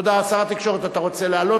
שר התקשורת, אתה רוצה לעלות?